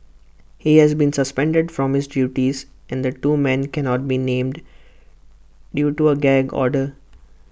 he has been suspended from his duties and the two men cannot be named due to A gag order